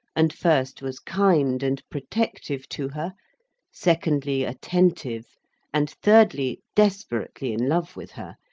and first was kind and protective to her secondly, attentive and thirdly, desperately in love with her,